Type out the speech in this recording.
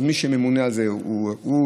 אז מי שממונה על זה הוא שמחליט.